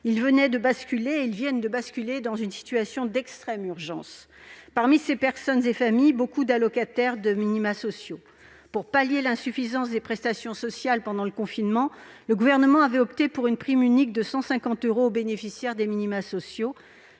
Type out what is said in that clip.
les deux -, ils viennent de basculer dans une situation d'extrême urgence. Parmi ces personnes et ces familles, on trouve de nombreux allocataires de minima sociaux. Pour pallier l'insuffisance des prestations sociales pendant le confinement, le Gouvernement avait opté pour une prime unique de 150 euros accordée aux bénéficiaires de minima sociaux.